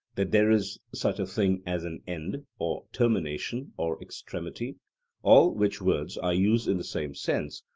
that there is such a thing as an end, or termination, or extremity all which words i use in the same sense,